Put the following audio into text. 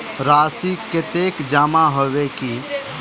राशि कतेक जमा होय है?